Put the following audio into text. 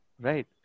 right